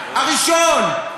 הראשון.